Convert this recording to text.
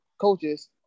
coaches